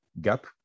Gap